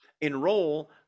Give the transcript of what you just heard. Enroll